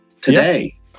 today